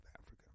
Africa